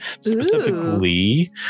specifically